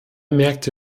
märkte